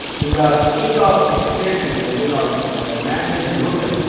in the case of accelerated erosion or man made erosion,